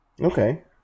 okay